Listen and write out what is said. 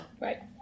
Right